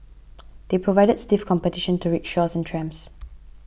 they provided stiff competition to rickshaws and trams